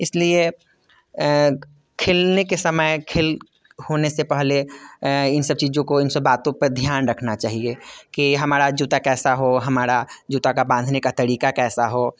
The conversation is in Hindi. इसलिए खेलने के समय खेल होने से पहले इन सब चीज़ों को इन सब बातों पे ध्यान रखना चाहिए कि हमारा जूता कैसा हो हमारा जूता का बांधने का तरीका कैसा हो